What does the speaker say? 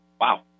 Wow